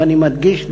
ואני מדגיש,